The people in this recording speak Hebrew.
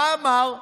מה הוא אמר?